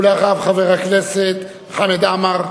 אחריו, חבר הכנסת חמד עמאר.